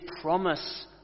promise